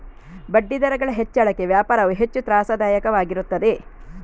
ಬಡ್ಡಿದರಗಳ ಹೆಚ್ಚಳಕ್ಕೆ ವ್ಯಾಪಾರವು ಹೆಚ್ಚು ತ್ರಾಸದಾಯಕವಾಗಿರುತ್ತದೆ